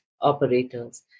operators